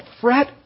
fret